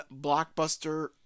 Blockbuster